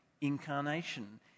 incarnation